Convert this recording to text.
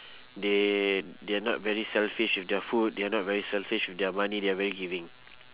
they they're not very selfish with their food they're not very selfish with their money they're very giving